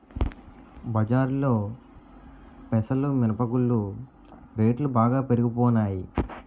బజారులో పెసలు మినప గుళ్ళు రేట్లు బాగా పెరిగిపోనాయి